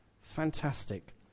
Fantastic